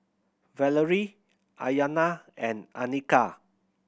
Valarie Iyana and Annika